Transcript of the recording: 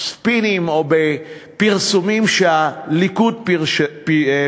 ספינים או פרסומים של הליכוד שבהם